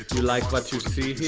you like what you see